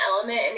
element